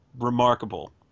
remarkable